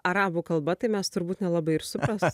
arabų kalba tai mes turbūt nelabai ir suprastume